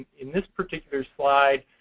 in this particular slide,